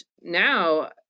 now